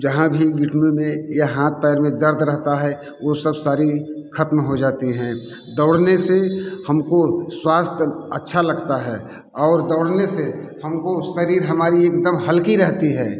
जहाँ भी घुटने में या हाँथ पैर में दर्द रहता है वो सब सारी खत्म हो जाती हैं दौड़ने से हमको स्वास्थ्य अच्छा लगता है और दौड़ने से हमको शारीर हमारी एकदम हल्की रहती है